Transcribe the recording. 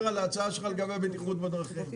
על ההצעה שלך לגבי בטיחות בדרכים.